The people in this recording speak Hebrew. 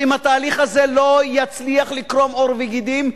אם התהליך הזה לא יצליח לקרום עור וגידים,